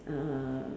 err